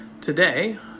Today